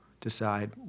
decide